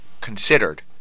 considered